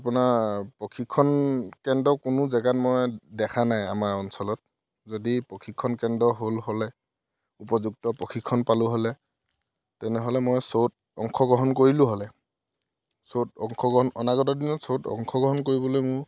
আপোনাৰ প্ৰশিক্ষণ কেন্দ্ৰ কোনো জেগাত মই দেখা নাই আমাৰ অঞ্চলত যদি প্ৰশিক্ষণ কেন্দ্ৰ হ'ল হ'লে উপযুক্ত প্ৰশিক্ষণ পালোঁ হ'লে তেনেহ'লে মই শ্ব'ত অংশগ্ৰহণ কৰিলোঁ হ'লে শ্ব'ত অংশগ্ৰহণ অনাগত দিনত শ্ব'ত অংশগ্ৰহণ কৰিবলৈ মোৰ